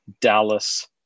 Dallas